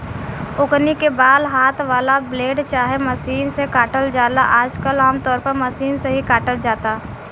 ओकनी के बाल हाथ वाला ब्लेड चाहे मशीन से काटल जाला आजकल आमतौर पर मशीन से ही काटल जाता